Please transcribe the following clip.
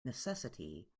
necessity